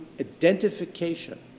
identification